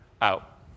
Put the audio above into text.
out